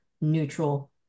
neutral